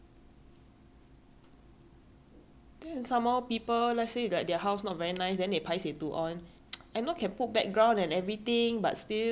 then some more people let's say their house not very nice then they paiseh to on I know can put background and everything but still a bit unnecessary lah I think